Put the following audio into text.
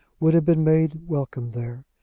would have been made welcome there.